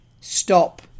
stop